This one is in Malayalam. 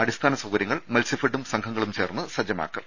ഇതിനാവശ്യമായ അടിസ്ഥാന സൌകര്യങ്ങൾ മത്സ്യഫെഡും സംഘങ്ങളും ചേർന്ന് സജ്ജമാക്കും